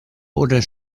oder